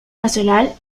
nacional